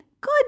good